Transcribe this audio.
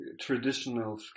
traditional